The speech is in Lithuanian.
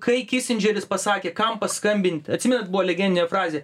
kai kisindžeris pasakė kam paskambint atsimenat buvo legendinė frazė